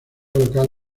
local